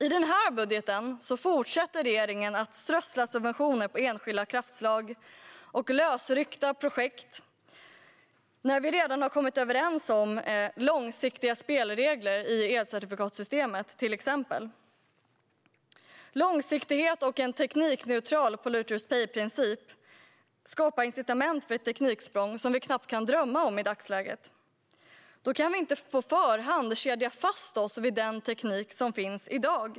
I denna budget fortsätter regeringen att strössla subventioner på enskilda kraftslag och lösryckta projekt, när vi redan har kommit överens om långsiktiga spelregler i till exempel elcertifikatssystemet. Långsiktighet och en teknikneutral polluters pay-princip skapar incitament för ett tekniksprång som vi knappt kan drömma om i dagsläget. Då kan vi inte på förhand kedja fast oss vid den teknik som finns i dag.